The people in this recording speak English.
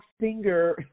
singer